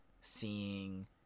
seeing